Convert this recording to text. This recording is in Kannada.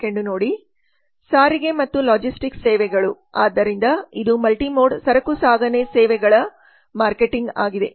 ಸಾರಿಗೆ ಮತ್ತು ಲಾಜಿಸ್ಟಿಕ್ಸ್ ಸೇವೆಗಳು ಆದ್ದರಿಂದ ಇದು ಮಲ್ಟಿಮೋಡ್ ಸರಕು ಸಾಗಣೆ ಸೇವೆಗಳ ಮಾರ್ಕೆಟಿಂಗ್ ಆಗಿದೆ